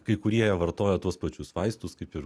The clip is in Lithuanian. kai kurie vartoja tuos pačius vaistus kaip ir